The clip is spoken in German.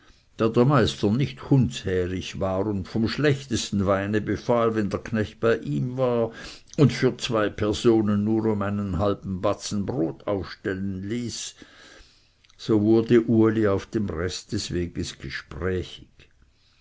der meister nicht hundshärig war und vom schlechtesten wein befahl wenn der knecht bei ihm war und für zwei personen nur um einen halben batzen brot aufstellen ließ so wurde uli auf dem rest des weges gesprächig